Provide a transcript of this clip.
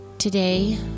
Today